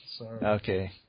Okay